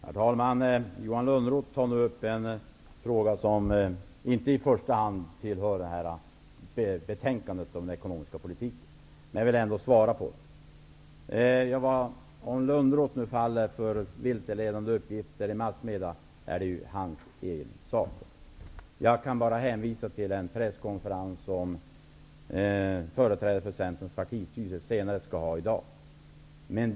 Herr talman! Johan Lönnroth tog upp en fråga som inte i första hand gäller betänkandet om den ekonomiska politiken, men jag vill ändå svara på den. Det är Johan Lönnroths sak om han faller för vilseledande uppgifter i massmedia. Jag kan bara hänvisa till den presskonferens som företrädare för Centerns partistyrelse skall ha senare i dag.